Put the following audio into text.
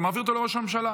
אתה מעביר אותו לראש הממשלה.